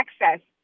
access